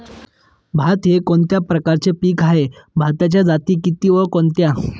भात हे कोणत्या प्रकारचे पीक आहे? भाताच्या जाती किती व कोणत्या?